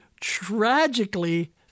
tragically